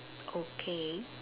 okay